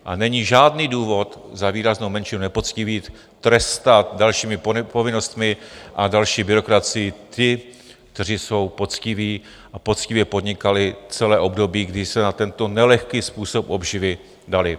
A není žádný důvod za výraznou menšinu nepoctivých trestat dalšími povinnostmi a další byrokracii ty, kteří jsou poctiví a poctivě podnikali celé období, kdy se na tento nelehký způsob obživy dali.